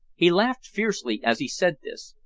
he laughed fiercely as he said this,